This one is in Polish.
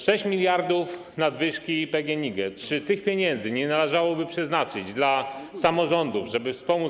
6 mld nadwyżki PGNiG - czy tych pieniędzy nie należałoby przeznaczyć dla samorządów, żeby je wspomóc?